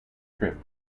tripped